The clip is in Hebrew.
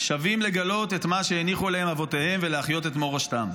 שבים לגלות את מה שהניחו להם אבותיהם ולהחיות את מורשתם".